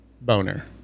boner